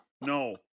No